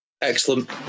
Excellent